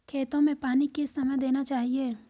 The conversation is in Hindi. खेतों में पानी किस समय देना चाहिए?